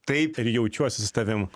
taip ir jaučiuosi su tavim